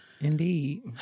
Indeed